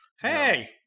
Hey